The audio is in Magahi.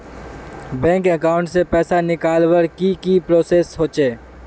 बैंक अकाउंट से पैसा निकालवर की की प्रोसेस होचे?